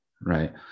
right